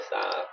stop